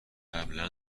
قبلا